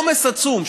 עומס עצום,